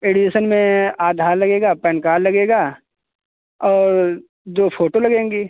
admission में आधार लगेगा PAN card लगेगा और दो फोटो लगेगी